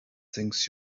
things